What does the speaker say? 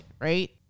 right